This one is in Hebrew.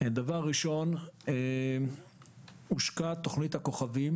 דבר ראשון, הושקה תוכנית הכוכבים